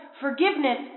forgiveness